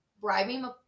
bribing